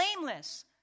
blameless